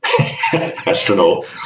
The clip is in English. astronaut